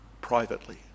privately